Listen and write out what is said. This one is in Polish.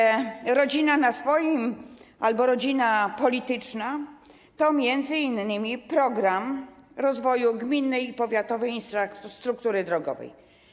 Same skandale... ...że „Rodzina na swoim” albo rodzina polityczna to m.in. program rozwoju gminnej i powiatowej infrastruktury drogowej.